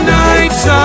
nights